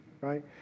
right